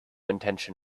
intention